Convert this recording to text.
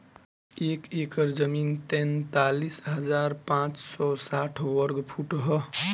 एक एकड़ जमीन तैंतालीस हजार पांच सौ साठ वर्ग फुट ह